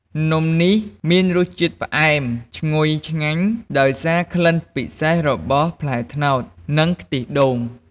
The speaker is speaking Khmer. នំនេះមានរសជាតិផ្អែម ឈ្ងុយឆ្ងាញ់ដោយសារក្លិនពិសេសរបស់ផ្លែត្នោត និងខ្ទិះដូង។